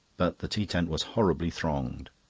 but the tea-tent was horribly thronged.